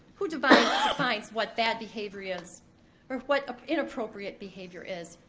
who defines ah defines what bad behavior is or what inappropriate behavior is?